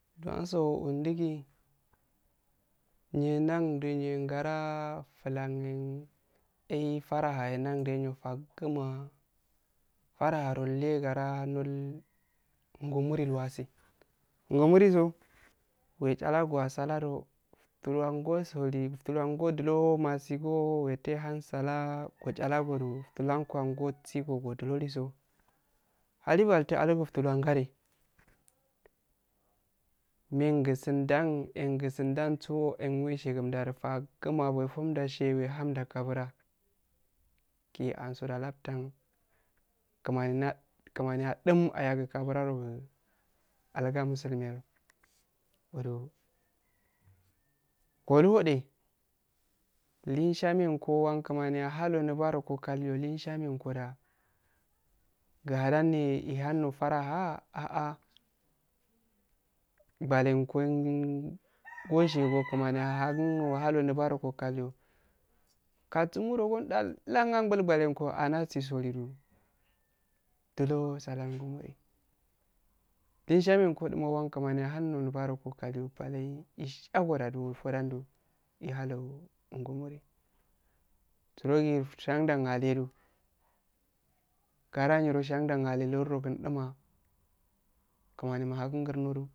Dwanso undigi nyendan du nyengara fulan ye enfaraha endanyo faguma fraha lolle gara ol ngumuri iwasi ngumurisa wechallagowa salado tuluwa ngo sodi tuluwa ngo duloo masigoo wetehan sala kochalla gedo tulankwango sigo godiloliso halibaltu alguftuluwa ngadige mengusundan engusundanso enyeshigumdaru faguma wefumda she wehamda kabura ke asuda laftan kumani na kumani adum ayagu kabura rogu aluga muslum ye ro goluode leshamenkoda guhadanne ehanne faraha ahah balenkun kashe go kumani ahagun ohalu nubaro go kaluo katungurogo ndallan bulbalengo anasusolido dulo salan ngumuni dun shame kodumawa kumani ahammo nulbaruko ish ado aguda duro fodando ihalo ngumuri surogi shanda aledo gara nyiro shandan ale lorogun duma kumani mahagun ngurnodo